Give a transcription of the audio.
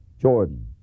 Jordan